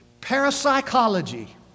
Parapsychology